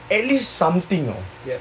at least something know